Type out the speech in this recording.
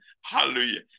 Hallelujah